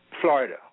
Florida